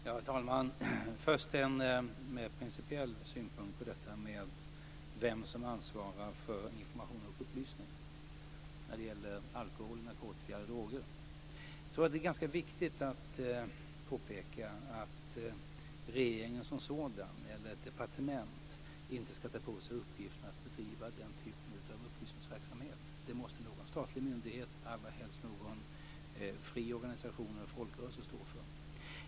Herr talman! Först vill jag ge en mer principiell synpunkt om vem som ansvarar för information och upplysning när det gäller alkohol, narkotika och droger. Det är viktigt att påpeka att regeringen som sådan, eller ett departement, inte ska ta på sig uppgiften att bedriva den typen av upplysningsverksamhet. Den ska en statlig myndighet - allra helst någon fri organisation eller folkrörelse - stå för.